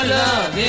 love